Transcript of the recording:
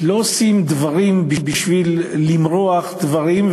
לא עושים דברים בשביל למרוח דברים,